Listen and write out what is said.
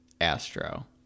Astro